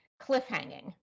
cliffhanging